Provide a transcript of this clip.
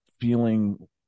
feeling